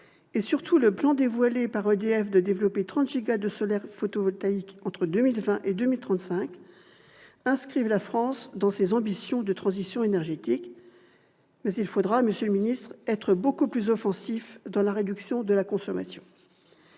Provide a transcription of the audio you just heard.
et, surtout, le plan dévoilé par EDF visant à développer 30 gigawatts de solaire photovoltaïque entre 2020 et 2035 inscrivent la France dans ses ambitions de transition énergétique. Toutefois, monsieur le ministre d'État, il faudra être beaucoup plus offensif dans la réduction de la consommation.